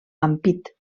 ampit